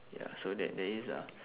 ya so ther~ there is ah